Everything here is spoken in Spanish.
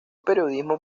periodismo